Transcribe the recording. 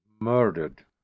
murdered